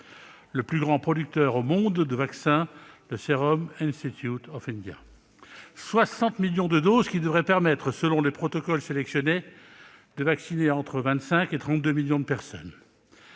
le plus grand producteur au monde de vaccins : le. Ces 60 millions de doses devraient permettre, selon les protocoles sélectionnés, de vacciner entre 25 et 32 millions de personnes.